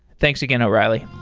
thanks again, o'reilly.